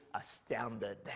astounded